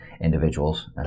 individuals